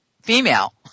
female